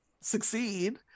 succeed